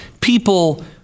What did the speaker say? people